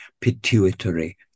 Pituitary